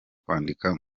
kwandika